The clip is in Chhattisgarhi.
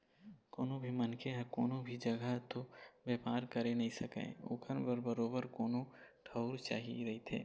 कोनो भी मनखे ह कोनो भी जघा तो बेपार करे नइ सकय ओखर बर बरोबर कोनो ठउर चाही रहिथे